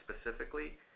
specifically